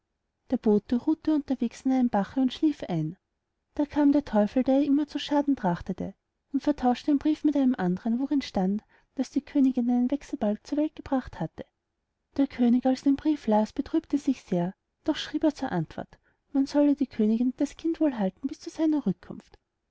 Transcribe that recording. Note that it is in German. der bote ruhte unterwegs an einem bache und schlief ein da kam der teufel der ihr immer zu schaden trachtete und vertauschte den brief mit einem andern worin stand daß die königin einen wechselbalg zur welt gebracht hätte der könig als er den brief las betrübte sich sehr doch schrieb er zur antwort man solle die königin und das kind wohl halten bis zu seiner rückkunft